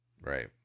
Right